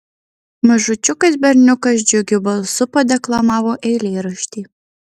mažučiukas berniukas džiugiu balsu padeklamavo eilėraštį